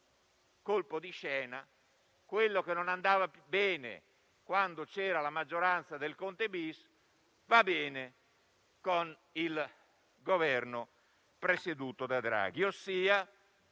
colpo di scena: quello che non andava più bene quando c'era la maggioranza del Conte-*bis* va bene con il Governo presieduto da Draghi.